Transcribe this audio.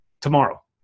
tomorrow